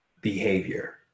behavior